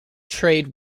trade